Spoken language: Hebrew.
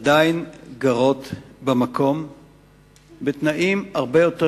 עדיין גרות במקום בתנאים הרבה יותר